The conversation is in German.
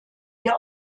hier